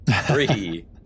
Three